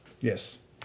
Yes